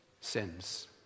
sins